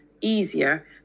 easier